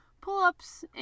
pull-ups